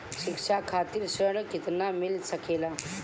शिक्षा खातिर ऋण केतना मिल सकेला?